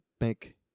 make